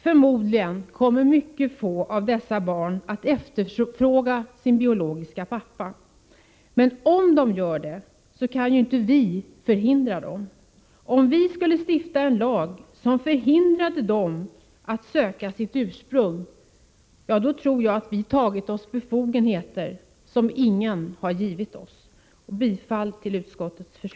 Troligen kommer mycket få av dessa barn att efterfråga sin biologiska pappa. Men om de gör det, kan ju inte vi förhindra dem. Om vi skulle stifta en lag som förhindrade barnen att söka sitt ursprung, tror jag att vi tagit oss befogenheter som ingen har givit oss.